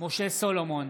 משה סולומון,